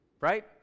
Right